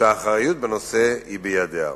שהאחריות לנושא היא בידיה.